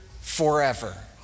forever